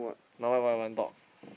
now why why you want talk